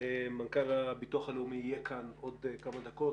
מנכ"ל הביטוח הלאומי יהיה כאן עוד כמה דקות.